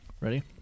Ready